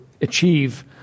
achieve